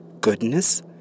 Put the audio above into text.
goodness